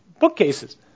bookcases